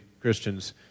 Christians